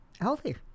healthy